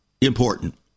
important